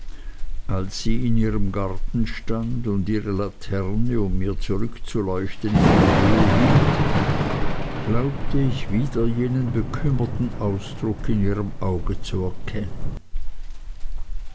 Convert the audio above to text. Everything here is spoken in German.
als sie in ihrem garten stand und ihre laterne um mir zurückzuleuchten in die höhe hielt glaubte ich wieder jenen bekümmerten ausdruck in ihrem auge zu erkennen